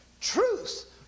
Truth